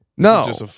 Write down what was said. No